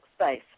space